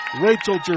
Rachel